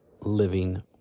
living